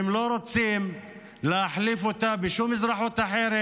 והם לא רוצים להחליף אותה בשום אזרחות אחרת.